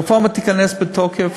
הרפורמה תיכנס לתוקף,